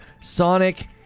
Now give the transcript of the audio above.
Sonic